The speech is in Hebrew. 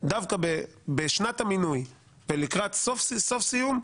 דווקא בשנת המינוי ולקראת סיום,